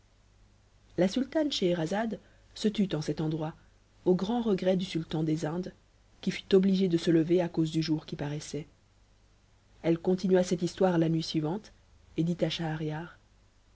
la sultane scheherazade se tut en cet endroit au grand regret du sultan des indes qui fut obligé de se lever à cause du jour qui paraissait elle continua cette histoire la nuit suivante